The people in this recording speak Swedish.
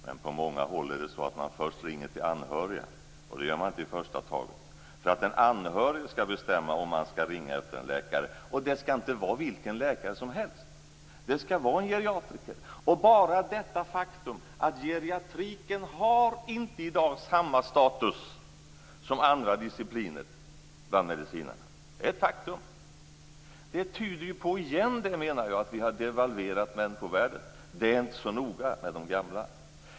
Men på många håll är det så att man först ringer till anhöriga, och det gör man inte i första taget, för att den anhörige skall bestämma om man skall ringa efter en läkare. Det skall inte vara vilken läkare som helst. Det skall vara en geriatriker. Bara detta faktum att geriatriken inte har samma status i dag som andra discipliner bland medicinare tyder också på att vi har devalverat människovärdet. Det är inte så noga med de gamla.